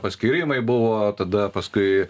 paskyrimai buvo tada paskui